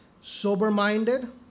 sober-minded